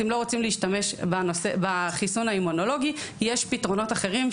אם לא רוצים להשתמש בחיסון האימונולוגי יש פתרונות אחרים.